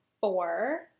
four